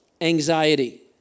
anxiety